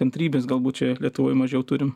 kantrybės galbūt čia ir lietuvoj mažiau turim